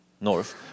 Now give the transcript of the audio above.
north